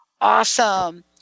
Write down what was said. Awesome